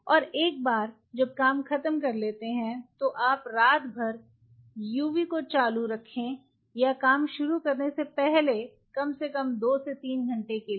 और एक बार जब काम खत्म कर लेते हैं तो आप रात भर यूवी को चालू रखें या काम शुरू करने से पहले कम से कम 2 से 3 घंटे के लिए